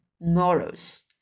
morals